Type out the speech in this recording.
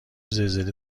زلزله